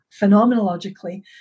phenomenologically